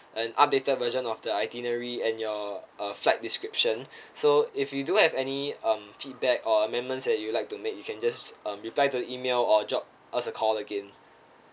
an updated version of the itinerary and your uh flight description so if you do have any um feedback or amendments that you'll like to make you can just um reply to the email or drop us a call again